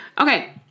Okay